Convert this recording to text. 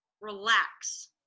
relax